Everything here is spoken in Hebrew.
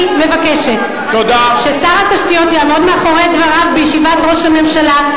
אני מבקשת ששר התשתיות יעמוד מאחורי דבריו בישיבת הממשלה,